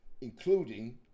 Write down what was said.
including